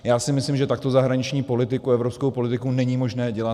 Já si myslím, že takto zahraniční politiku, evropskou politiku není možné dělat.